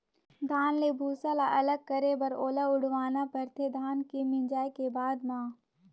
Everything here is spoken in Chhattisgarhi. धान ले भूसा ल अलग करे बर ओला उड़वाना परथे धान के मिंजाए के बाद म